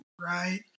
right